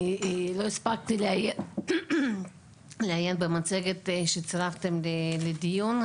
אני לא הספקתי לעיין במצגת ששלחתם לדיון.